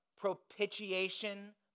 propitiation